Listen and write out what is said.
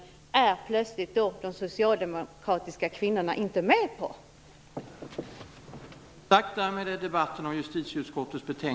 Nu är plötsligt de socialdemokratiska kvinnorna inte med på den.